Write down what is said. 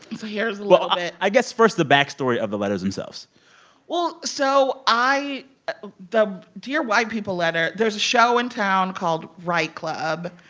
so here's a little bit i guess, first the backstory of the letters themselves well, so i the dear white people letter. there's a show in town called write club.